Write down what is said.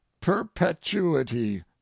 perpetuity